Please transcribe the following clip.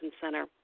Center